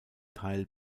teil